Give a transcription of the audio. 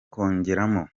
kongeramo